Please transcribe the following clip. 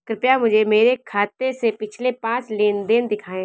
कृपया मुझे मेरे खाते से पिछले पाँच लेन देन दिखाएं